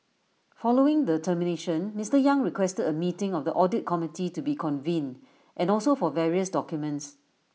following the termination Mister yang requested A meeting of the audit committee to be convened and also for various documents